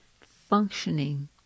functioning